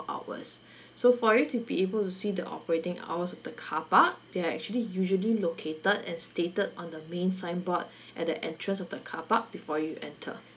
hours so for you to be able to see the operating hours of the carpark they're actually usually located and stated on the main signboard at the entrance of the carpark before you enter